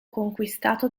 conquistato